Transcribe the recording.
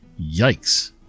Yikes